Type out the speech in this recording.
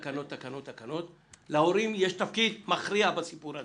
תקנות-תקנות-תקנות אבל להורים יש תפקיד מכריע בסיפור הזה.